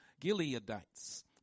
Gileadites